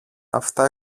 αυτά